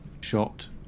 shot